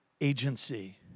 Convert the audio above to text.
agency